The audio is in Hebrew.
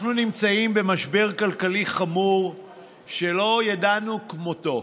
אנחנו נמצאים במשבר כלכלי חמור שלא ידענו כמותו.